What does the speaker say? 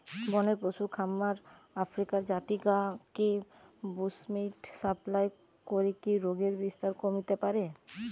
বনের পশুর খামার আফ্রিকার জাতি গা কে বুশ্মিট সাপ্লাই করিকি রোগের বিস্তার কমিতে পারে